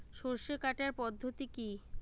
সরষে কাটার পদ্ধতি কি?